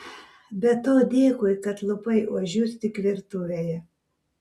be to dėkui kad lupai ožius tik virtuvėje